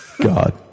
god